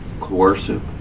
coercive